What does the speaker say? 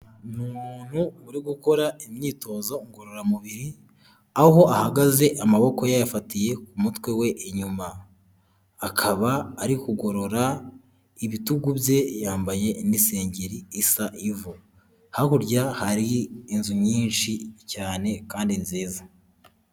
Ni umuntu uri gukora imyitozo ngororamubiri, aho ahagaze amaboko yayafatiye ku mutwe we inyuma, akaba ari kugorora ibitugu bye yambaye n'isengeri isa ivu, hakurya hari inzu nyinshi cyane kandi nziza.